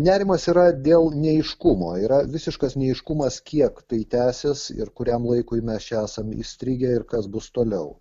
nerimas yra dėl neaiškumo yra visiškas neaiškumas kiek tai tęsis ir kuriam laikui mes čia esam įstrigę ir kas bus toliau